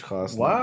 Wow